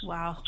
Wow